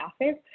office